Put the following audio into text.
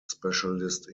specialist